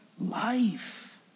life